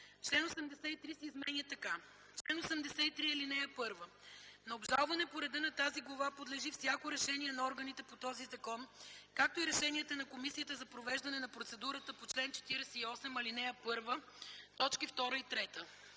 Член 83 се изменя така: „Чл. 83. (1) На обжалване по реда на тази глава подлежи всяко решение на органите по този закон, както и решенията на комисията за провеждане на процедурата по чл. 48, ал. 1, т. 2 и 3.